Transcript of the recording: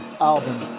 album